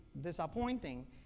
disappointing